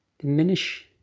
Diminish